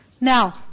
Now